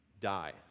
Die